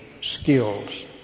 skills